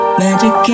magic